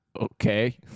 Okay